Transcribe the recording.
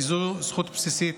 כי זו זכות בסיסית